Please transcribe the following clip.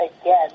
again